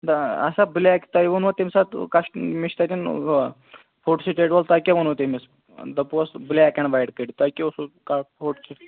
اَسا بٕلیک تۄہہِ ووٚنوُ تَمہِ ساتہٕ کَس مےٚ چھِ تَتٮ۪ن ہُہ فوٹوسٹیٹ وول تۄہہِ کیٛاہ ووٚنوُ تٔمِس دوٚپہٕ ہوس بٕلیک اینٛڈ وایِٹ کٔڑِو تۄہہِ کیٛاہ اوسوُ